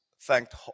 thanked